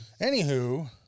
Anywho